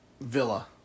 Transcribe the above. Villa